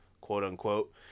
quote-unquote